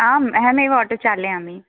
आम् अहमेव आटो चालयामि